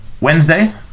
wednesday